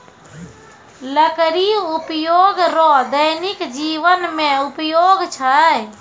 लकड़ी उपयोग रो दैनिक जिवन मे उपयोग छै